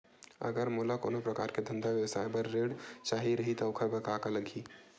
अगर मोला कोनो प्रकार के धंधा व्यवसाय पर ऋण चाही रहि त ओखर बर का का लगही?